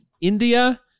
India